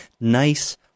nice